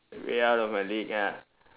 way out of my league ya